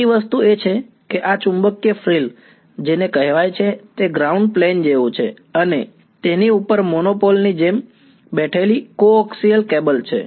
બીજી વસ્તુ એ છે કે આ ચુંબકીય ફ્રિલ જેને કહેવાય છે તે ગ્રાઉન્ડ પ્લેન જેવું છે અને તેની ઉપર મોનોપોલ ની જેમ બેઠેલી કોએક્સિયલ કેબલ છે